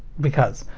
because.